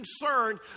concerned